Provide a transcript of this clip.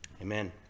amen